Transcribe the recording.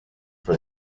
for